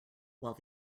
while